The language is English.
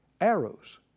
arrows